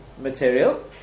material